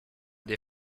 des